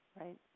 Right